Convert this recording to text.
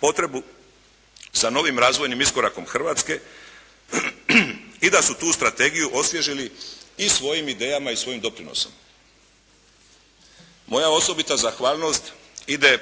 potrebu sa novim razvojnim iskorakom Hrvatske i da su tu strategiju osvježili i svojim idejama i svojim doprinosom. Moja osobita zahvalnost ide